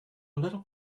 little